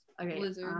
Okay